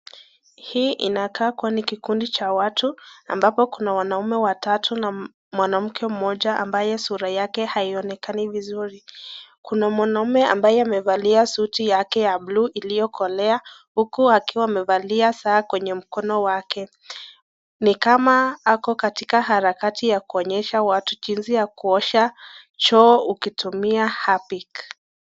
Hii inakaa kua ni kikundi cha watu ambapo kuna wanaume watatu na mwanamke mmoja ambaye sura yake haionekani vizuri. Kuna mwanaume ambaye amevalia suti yake ya bluu iliyokolea huku akiwa amevalia saa kwenye mkono wake. Ni kama ako katika harakati ya kuonyesha watu jinsi ya kuosha choo ukitumia [Harpic]